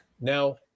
Now